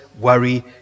worry